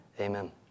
amen